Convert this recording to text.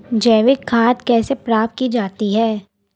जैविक खाद कैसे प्राप्त की जाती है?